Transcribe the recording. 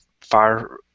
fire